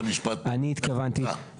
אני התכוונתי,